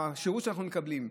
והשירות שאנחנו מקבלים,